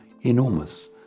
enormous